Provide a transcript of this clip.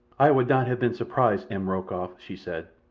i would not have been surprised, m. rokoff, she said,